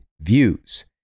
views